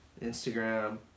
Instagram